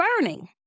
burning